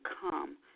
come